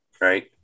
right